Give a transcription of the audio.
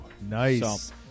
nice